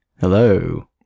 Hello